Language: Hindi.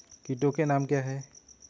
कीटों के नाम क्या हैं?